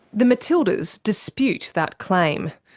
the matildas dispute that claim.